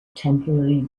temporary